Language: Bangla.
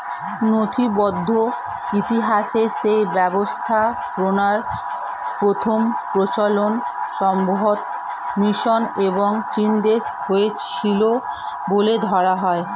নথিবদ্ধ ইতিহাসে সেচ ব্যবস্থাপনার প্রথম প্রচলন সম্ভবতঃ মিশর এবং চীনদেশে হয়েছিল বলে ধরা হয়